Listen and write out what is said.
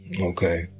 okay